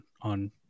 on